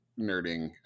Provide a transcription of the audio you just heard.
nerding